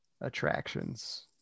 attractions